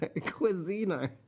Cuisine